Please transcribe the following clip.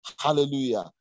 Hallelujah